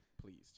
pleased